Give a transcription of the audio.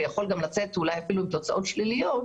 היום הקנאביס בצורות צריכה שונות מוכיח מעל לכל ספק,